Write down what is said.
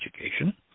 education